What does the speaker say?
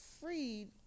freed